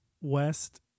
West